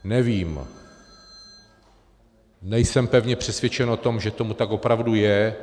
Nevím, nejsem pevně přesvědčen o tom, že tomu tak opravdu je.